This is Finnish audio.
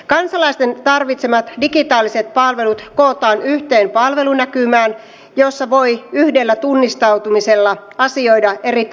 kansalaisten tarvitsemat digitaaliset palvelut kootaan yhteen palvelunäkymään jossa voi yhdellä tunnistautumisella asioida eri tahojen kanssa